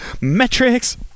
Metrics